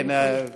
כן, בבקשה.